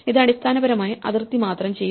ഇത് അടിസ്ഥാനപരമായി അതിർത്തി മാത്രം ചെയ്യും